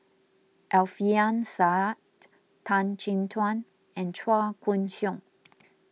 Alfian Sa'At Tan Chin Tuan and Chua Koon Siong